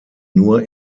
nur